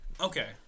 Okay